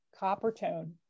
Coppertone